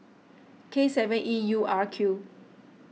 K seven E U R Q